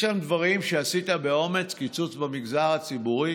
יש שם דברים שעשית באומץ, קיצוץ במגזר הציבורי.